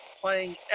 playing